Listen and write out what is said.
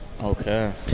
Okay